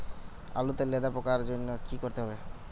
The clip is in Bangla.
আলুতে লেদা পোকার জন্য কি করতে হবে?